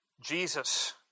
Jesus